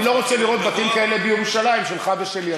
אני לא רוצה לראות בתים כאלה בירושלים, שלך ושלי.